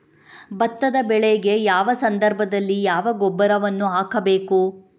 ಭತ್ತದ ಬೆಳೆಗೆ ಯಾವ ಸಂದರ್ಭದಲ್ಲಿ ಯಾವ ಗೊಬ್ಬರವನ್ನು ಹಾಕಬೇಕು?